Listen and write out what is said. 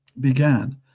began